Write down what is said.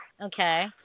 Okay